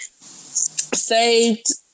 saved